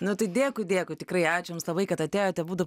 nu tai dėkui dėkui tikrai ačiū jums labai kad atėjote abudu